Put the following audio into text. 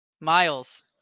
Miles